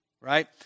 right